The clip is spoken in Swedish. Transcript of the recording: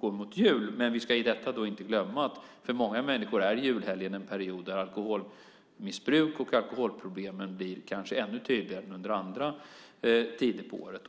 går mot jul, men vi ska inte glömma att för många människor är julhelgen en period där alkoholmissbruk och alkoholproblem blir ännu tydligare än under andra tider på året.